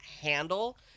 handle